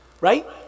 Right